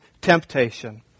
temptation